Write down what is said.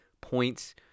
points